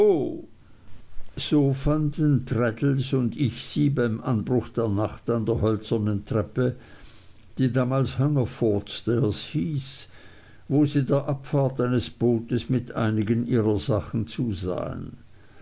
so fanden traddles und ich sie beim anbruch der nacht an der hölzernen treppe die damals hungerfordstairs hieß wo sie der abfahrt eines bootes mit einigen ihrer sachen zusahen